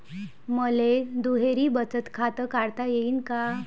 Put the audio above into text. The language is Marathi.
मले दुहेरी बचत खातं काढता येईन का?